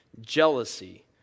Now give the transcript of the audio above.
jealousy